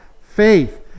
Faith